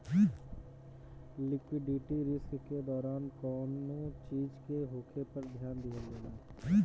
liquidity risk के दौरान कौनो चीज के होखे पर ध्यान दिहल जाला